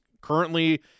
currently